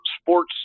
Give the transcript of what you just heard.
sports